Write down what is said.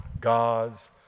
God's